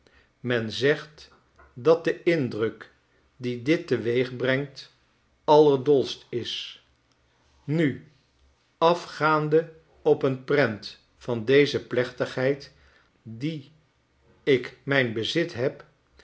men zegt dat de indruk dien dit teweegbrengt allerdolst is nu afgaande op een prent van deze plechtigheid die ik mijn bezit heb